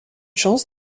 chance